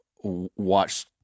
watch-